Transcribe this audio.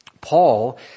Paul